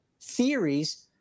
theories